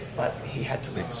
but he had to leave.